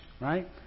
right